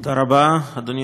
אדוני היושב-ראש,